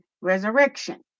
resurrection